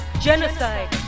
Genocide